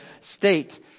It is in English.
state